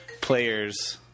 players